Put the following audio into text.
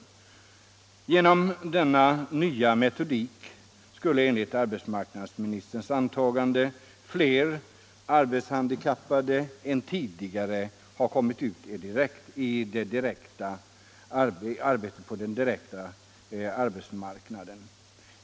Genom denna nya metodik skulle, enligt arbetsmarknadsministerns antagande, fler arbetshandikappade än tidigare komma ut direkt på den öppna arbetsmarknaden.